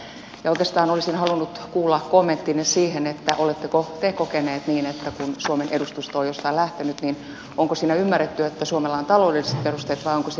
ja oikeastaan olisin halunnut kuulla kommenttinne siihen oletteko te kokeneet niin että kun suomen edustusto on jostain lähtenyt niin onko siinä ymmärretty että suomella on taloudelliset perusteet vai onko siinä nähty jotain muita merkityksiä